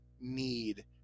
need